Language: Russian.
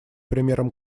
примером